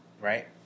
right